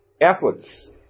efforts